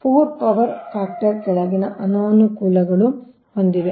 poor power factor ಕೆಳಗಿನ ಅನಾನುಕೂಲಗಳನ್ನು ಹೊಂದಿದೆ